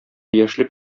яшьлек